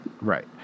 Right